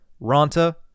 Ronta